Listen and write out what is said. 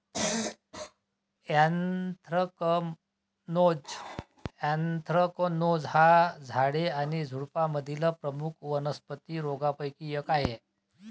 anthracnose anthracnose हा झाडे आणि झुडुपांमधील प्रमुख वनस्पती रोगांपैकी एक आहे